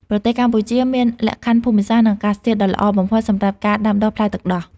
ប្រទេសកម្ពុជាមានលក្ខខណ្ឌភូមិសាស្ត្រ និងអាកាសធាតុដ៏ល្អបំផុតសម្រាប់ការដាំដុះផ្លែទឹកដោះ។